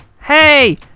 Hey